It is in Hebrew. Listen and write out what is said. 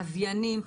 לוויינים.